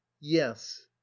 yes